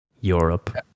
Europe